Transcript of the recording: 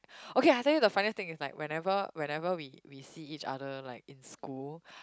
okay I tell you the funniest thing is like whenever whenever we we see each other like in school